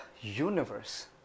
Universe